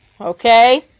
Okay